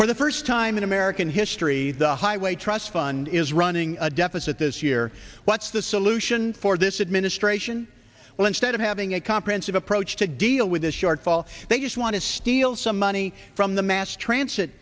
for the first time in american history the highway trust fund is running a deficit this year what's the solution for this administration well instead of having a comprehensive approach to deal with the shortfall they just want to steal some money from the mass transit